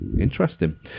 Interesting